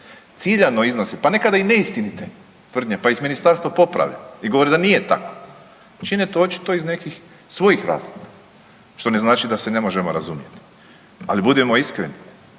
ciljano iznose i nekada i neistinite tvrde, pa iz ministarstva poprave i govore da nije tako čine to očito iz nekih svojih razloga što ne znači da se ne možemo razumjeti, ali budimo iskreni